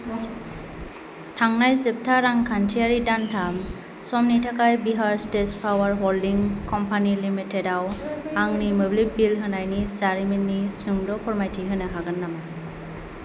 थांनाय जोबथा रांखान्थियारि दानथाम समनि थाखाय Bihar state power holding company limited आव आंनि मोब्लिब बिल होनायनि जारिमिननि सुंद' फोरमायथि होनो हागोन नामा